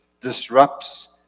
disrupts